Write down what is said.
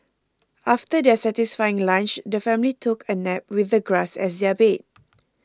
after their satisfying lunch the family took a nap with the grass as their bed